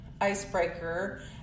icebreaker